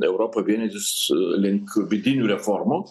europą vienytis link vidinių reformų